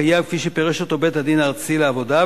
כפי שפירש אותו בית-הדין הארצי לעבודה,